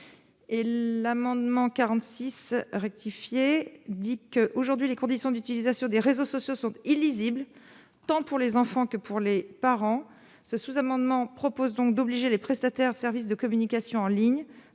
et l'amendement 46 rectifié dit que, aujourd'hui, les conditions d'utilisation des réseaux sociaux sont illisibles, tant pour les enfants que pour les parents ce sous-amendement propose donc d'obliger les prestataires de services de communication en ligne